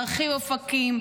להרחיב אופקים,